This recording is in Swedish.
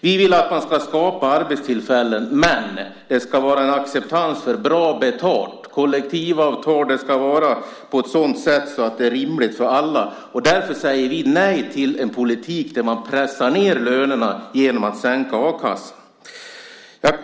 Vi vill att man ska skapa arbetstillfällen, men det ska vara acceptans för bra betalt. Kollektivavtalet ska vara på ett sådant sätt att det är rimligt för alla. Därför säger vi nej till en politik där man pressar ned lönerna genom att sänka a-kassan.